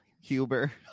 Huber